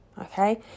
okay